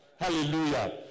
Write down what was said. hallelujah